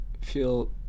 feel